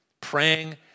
praying